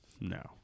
No